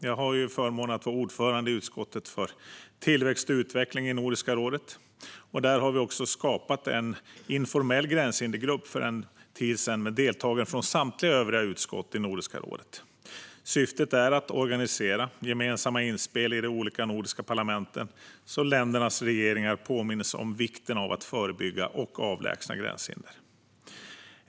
Jag har förmånen att vara ordförande i utskottet för tillväxt och utveckling i Nordiska rådet. Där har vi för en tid sedan skapat en informell gränshindergrupp med deltagare från samtliga övriga utskott i Nordiska rådet. Syftet är att organisera gemensamma inspel i de olika nordiska parlamenten, så att ländernas regeringar påminns om vikten av att förebygga och avlägsna gränshinder.